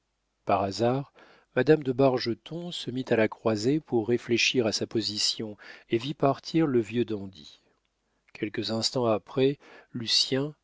par hasard madame de bargeton se mit à la croisée pour réfléchir à sa position et vit partir le vieux dandy quelques instants après lucien